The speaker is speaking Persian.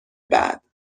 بعد